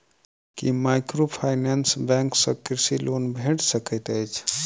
की microfinance bank सँ कृषि loan भेटि सकैत अछि?